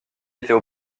étaient